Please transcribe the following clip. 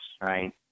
right